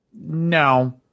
no